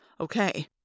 okay